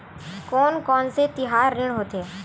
कोन कौन से तिहार ऋण होथे?